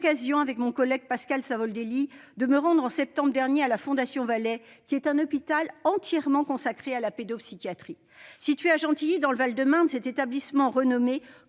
avec mon collègue Pascal Savoldelli, de me rendre en septembre dernier à la Fondation Vallée, qui est un hôpital entièrement consacré à la pédopsychiatrie. Situé à Gentilly, dans le Val-de-Marne, cet établissement renommé